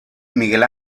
miguel